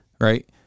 Right